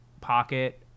pocket